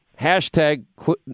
hashtag